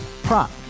Prop